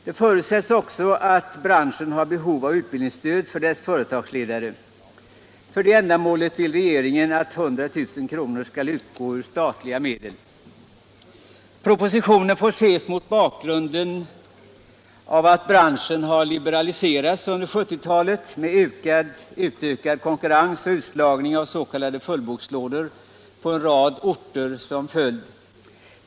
Det förutsätts också att branschen har behov av utbildningsstöd för företagsledare. För detta ändamål vill regeringen att 100 000 kr. skall utgå ur statliga medel. Propositionen får ses mot bakgrund av att branschen har liberaliserats under 1970-talet, med utökad konkurrens och utslagning av s.k. fullboklådor på en rad orter som följd.